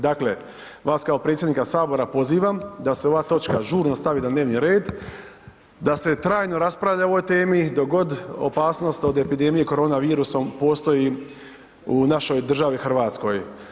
Dakle, vas kao predsjednika Sabora pozivam da se ova točka žurno stavi na dnevni red, da se trajno raspravlja o ovoj temi dok god opasnost od epidemije koronavirusom postoji u našoj državi Hrvatskoj.